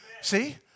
See